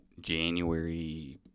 January